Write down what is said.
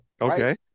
Okay